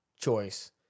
choice